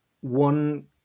one